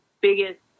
biggest